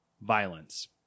violence